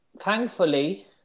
thankfully